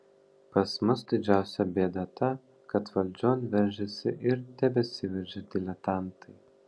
pas mus didžiausia bėda ta kad valdžion veržėsi ir tebesiveržia diletantai